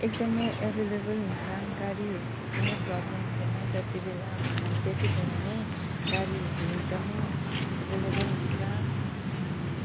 एकदमै एभाइलेबल हुन्छ गाडीहरूको कुनै प्रब्लम हुँदैन जति बेला भन्यो अब त्यतिखेर नै गाडीहरू एकदमै एभाइलेबल हुन्छ अनि